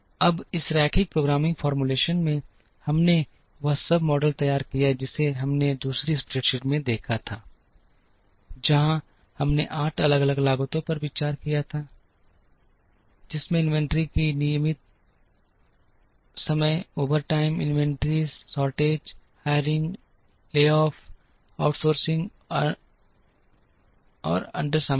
अब इस रैखिक प्रोग्रामिंग फॉर्मूलेशन में हमने वह सब मॉडल तैयार किया है जिसे हमने दूसरी स्प्रेडशीट में देखा था जहाँ हमने 8 अलग अलग लागतों पर विचार किया था जिसमें इन्वेंट्री की लागत नियमित समय overtime inventory shortage hiring lay off outsourcing और अंडर शामिल थी